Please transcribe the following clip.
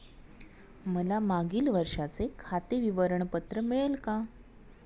मला मागील वर्षाचे खाते विवरण पत्र मिळेल का?